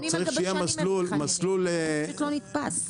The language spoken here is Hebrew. צריך שיהיה מסלול ל --- זה פשוט לא נתפס.